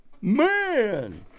man